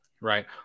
Right